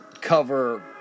cover